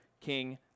king